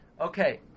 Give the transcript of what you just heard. Okay